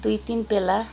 दुई तिन पेला